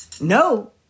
No